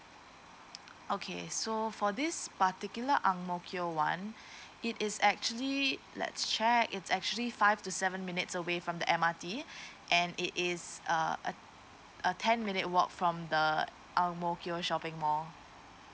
okay so for this particular ang mo kio [one] it is actually uh let's check it's actually five to seven minutes away from the M_R_T and it is uh a a ten minute walk from the ang mo kio shopping mall